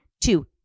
two